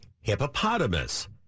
hippopotamus